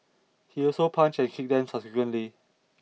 he also punched and kicked them subsequently